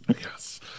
Yes